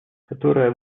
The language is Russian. которая